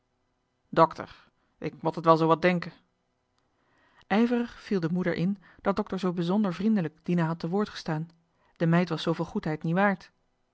dokter ik mot et wel zoowat denke ijverig viel de moeder in dat dokter zoo bezonder vriendelijk dina had te woord gestaan de meid was zooveel goedheid nie waard